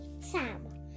Sam